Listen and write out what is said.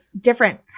different